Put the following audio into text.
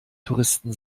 touristen